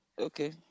Okay